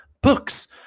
Books